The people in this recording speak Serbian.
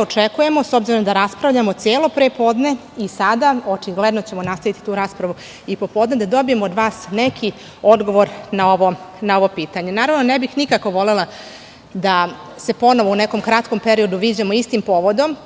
Očekujemo, s obzirom da raspravljamo celo prepodne, i sada, očigledno ćemo nastaviti tu raspravu popodne, da dobijemo od vas neki odgovor na ovo pitanje. Ne bih nikako volela da se ponovo u nekom kratkom periodu viđamo istim povodom,